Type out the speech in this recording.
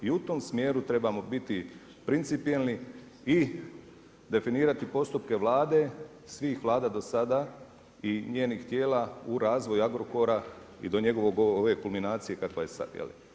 I u tom smjeru trebamo biti principijelni i definirati postupke Vlade, svih Vlada do sada i njenih tijela u razvoju Agrokora i do njegove ove kulminacije kakva je sada.